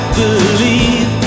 believe